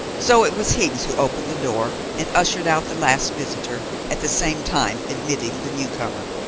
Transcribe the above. so it was higgs who opened the door and ushered out the last visitor, at the same time admitting the newcomer.